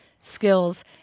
skills